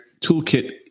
toolkit